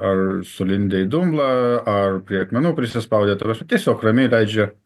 ar sulindę į dumblą ar prie akmenų prisispaudę tai yra tiesiog ramiai leidžia